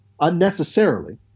unnecessarily